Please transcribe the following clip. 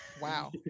wow